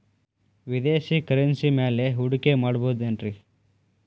ವಿದೇಶಿ ಕರೆನ್ಸಿ ಮ್ಯಾಲೆ ಹೂಡಿಕೆ ಮಾಡಬಹುದೇನ್ರಿ?